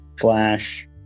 Flash